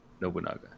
Nobunaga